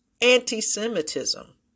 anti-Semitism